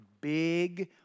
big